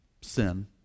sin